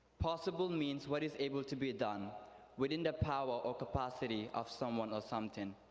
possible means what is able to be done within the power, or capacity of someone or something.